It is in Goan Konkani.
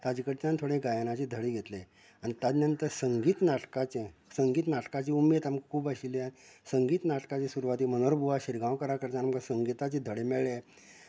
तांचे कडच्यान थोडें गायनाचे धडे घेतलें आनी ताचें नंतर संगीत नाटकाचे संगीत नाटकाचे उमेद आमकां खूब आशिल्ली आनी संगीत नाटकांचे सुरवातेक मनोहर बुआ शिरगांवकारा कडच्यान आमकां संगीताचें धडे मेळ्ळें